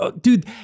dude